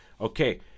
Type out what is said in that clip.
okay